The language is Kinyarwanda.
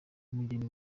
umugeni